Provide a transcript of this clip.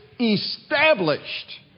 established